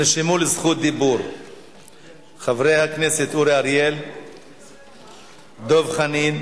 חבר הכנסת ישראל אייכלר.